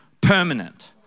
permanent